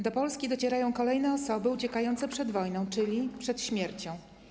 Do Polski docierają kolejne osoby uciekające przed wojną, czyli przed śmiercią.